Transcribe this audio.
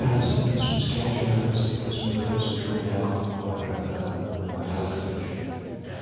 health sectors منٛز کیاہ چھُ ہیٚلتھ سیکٹَرَس منٛز اگر أسۍ وٕچھو لیک آف پروپر وَنہٕ بہٕ ہیٚلتھ کیر چھُ